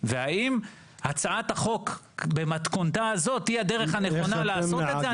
והאם הצעת החוק במתכונתה הזאת היא הדרך הנכונה לעשות את זה?